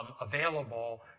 available